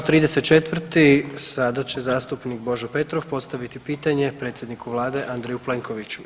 Kao 34. sada će zastupnik Božo Petrov postaviti pitanje predsjedniku Vlade Andreju Plenkoviću.